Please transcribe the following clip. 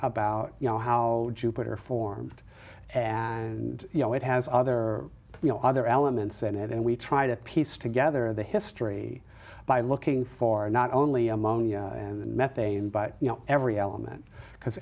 about you know how jupiter formed and you know it has other you know other elements in it and we try to piece together the history by looking for not only among the methane but you know every element because